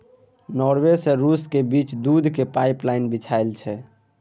Norway सँ रुसक बीच दुधक पाइपलाइन बिछाएल छै